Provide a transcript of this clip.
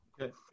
Okay